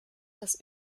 das